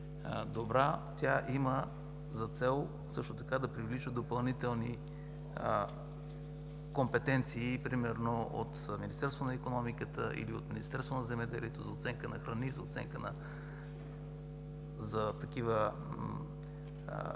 Тя има за цел също така да привлича допълнителни компетенции примерно от Министерството на икономиката или от Министерството на земеделието за оценка на храни, за оценка специално